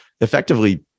effectively